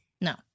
No